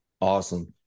Awesome